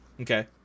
Okay